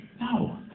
No